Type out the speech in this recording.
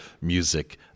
music